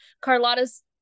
Carlotta's